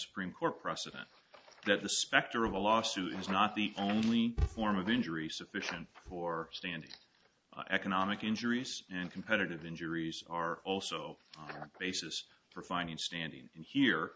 cream court precedent that the specter of a lawsuit is not the only form of injury sufficient for standing economic injuries and competitive injuries are also on the basis for finding standing here